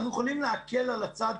אנחנו יכולים להקל על הצד